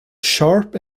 sharp